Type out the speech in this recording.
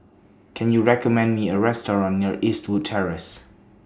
Can YOU recommend Me A Restaurant near Eastwood Terrace